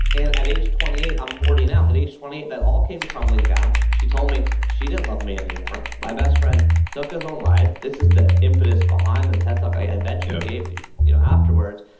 and at age twenty eight, i'm forty now. at age twenty eight, that all came crumbling down. she told me she didn't love me anymore. my best friend took his own life. this is the impetus behind the ted talk i eventually gave you you know afterwards.